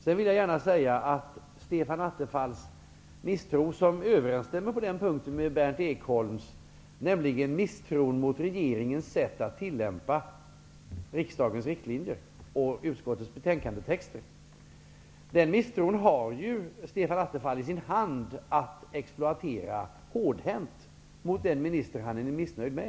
Stefan Attefall hyser en misstro, som på den punkten överensstämmer med Berndt Ekholms, mot regeringens sätt att tillämpa riksdagens riktlinjer och utskottets betänkandetexter. Denna misstro har Stefan Attefall möjlighet att hårdhänt exploatera mot den minister som han är missnöjd med.